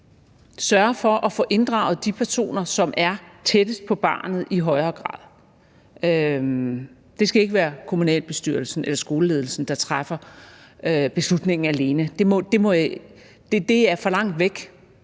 sørge for at få inddraget de personer, som er tættest på barnet. Det skal ikke være kommunalbestyrelsen eller skoleledelsen, der træffer beslutningen alene. Det er for langt væk